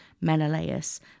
Menelaus